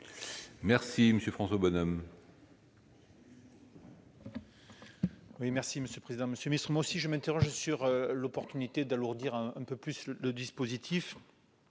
est à M. François Bonhomme.